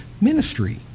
ministry